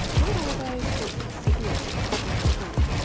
what are those sorts of signals to watch out for?